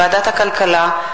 ועדת הכלכלה,